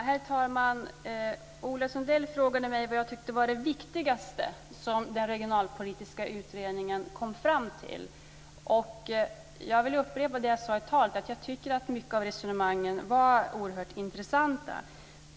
Herr talman! Ola Sundell frågade mig vad jag tyckte var det viktigaste som den regionalpolitiska utredningen kom fram till. Jag vill upprepa det som jag sade i talet, nämligen att jag tycker att många av resonemangen var oerhört intressanta.